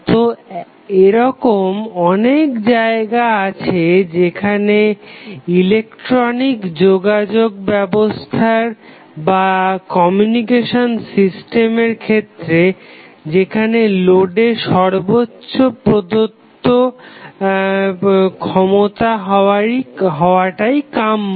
তো এরকম অনেক যায়গা আছে যেমন ইলেকট্রনিক যোগাযোগ ব্যবস্থার ক্ষেত্রে যেখানে লোডে সর্বোচ্চ প্রদত্ত হওয়াটাই কাম্য